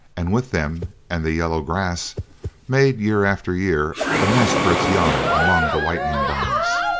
and with them and the yellow grass made, year after year, a nest for its young among the whitening bones.